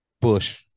Bush